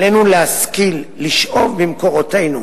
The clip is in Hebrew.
עלינו להשכיל לשאוב ממקורותינו